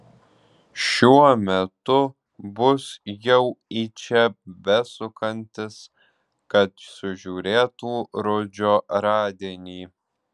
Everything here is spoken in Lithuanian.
šiuo metu bus jau į čia besukantis kad sužiūrėtų rudžio radinį